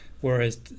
Whereas